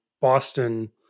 Boston